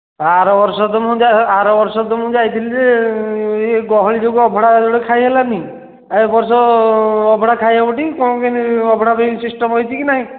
ଆର ବର୍ଷ ତ ମୁଁ ଆର ବର୍ଷ ତ ମୁଁ ଯାଇଥିଲି ଯେ ଇଏ ଗହଳି ଯୋଗୁଁ ଅଭଡ଼ା ଯୋଡ଼େ ଖାଇ ହେଲାନି ଏହି ବର୍ଷ ଅଭଡ଼ା ଖାଇ ହେବଟି କ'ଣ କେମିତି ଅଭଡ଼ା ପାଇଁ ସିଷ୍ଟମ ହୋଇଛି କି ନାହିଁ